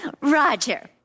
Roger